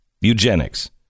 Eugenics